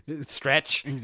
stretch